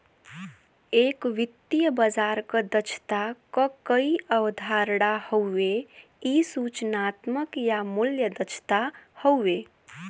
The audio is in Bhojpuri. एक वित्तीय बाजार क दक्षता क कई अवधारणा हउवे इ सूचनात्मक या मूल्य दक्षता हउवे